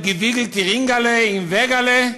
ברשותך,